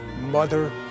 Mother